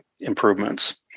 improvements